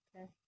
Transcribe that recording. Okay